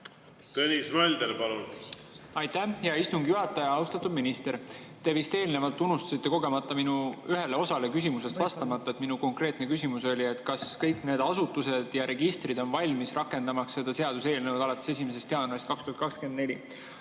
Tõnis Mölder, palun! Aitäh, hea istungi juhataja! Austatud minister! Te vist eelnevalt unustasite kogemata ühele osale minu küsimusest vastamata. Minu konkreetne küsimus oli, kas kõik need asutused ja registrid on valmis, rakendamaks seda seaduseelnõu alates 1. jaanuarist 2024.Aga